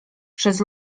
przez